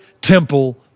temple